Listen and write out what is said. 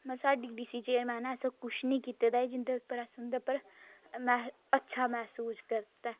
साढ़ी DDC chairman ऐ ऐसा कुछ नी कीते दा ऐ जिंदे उप्पर अस उंदे उप्पर अच्छा महसूस करदे पर